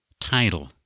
title